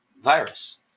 virus